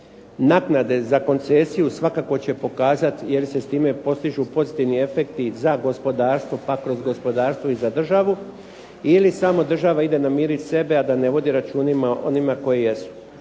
naknade za koncesiju svakako će pokazati je li se s time postižu pozitivni efekti za gospodarstvo, pa kroz gospodarstvo i za državu, ili samo država ide namirit sebe a da ne vodi računa o onima koji jesu.